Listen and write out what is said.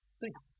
Thanks